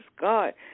God